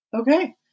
Okay